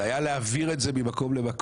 זה היה להעביר את זה ממקום למקום.